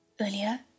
Earlier